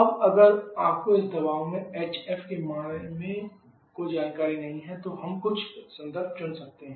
अब अगर आपको इस दबाव में hf के मान के बारे में कोई जानकारी नहीं है तो हम कुछ संदर्भ चुन सकते हैं